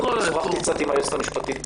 שוחחתי קצת עם היועצת המשפטית.